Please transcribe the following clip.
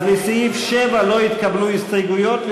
אז לסעיף 7 לא התקבלו הסתייגויות.